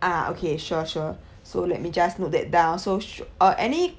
ah okay sure sure so let me just note that down so she~ uh any